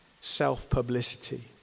self-publicity